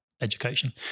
education